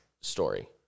story